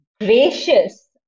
gracious